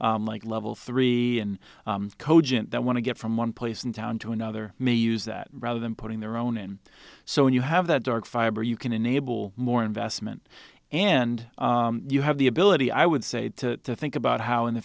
like level three and cogent that want to get from one place in town to another may use that rather than putting their own in so when you have that dark fiber you can enable more investment and you have the ability i would say to think about how in the